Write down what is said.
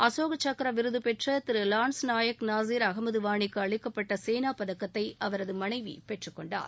அசோக சக்கர விருது பெற்ற திரு வான்ஸ் நாயக் நாசீர் அகமது வாணிக்கு அளிக்கப்பட்ட சேனா பதக்கத்தை அவரது மனைவி பெற்றுக்கொண்டார்